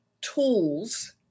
tools